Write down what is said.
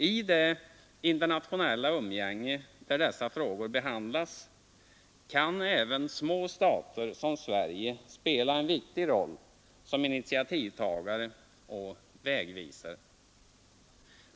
I det internationella umgänge där dessa frågor behandlas kan även små stater som Sverige spela en viktig roll som initiativtagare och vägvisare.